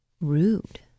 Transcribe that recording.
rude